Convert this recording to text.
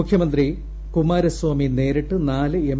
മുഖ്യമന്ത്രി കുമാരസ്വാമി നേരിട്ട് നാല് എം